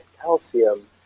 calcium